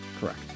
correct